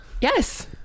Yes